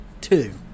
two